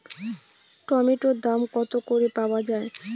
টমেটোর দাম কত করে পাওয়া যায়?